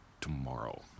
tomorrow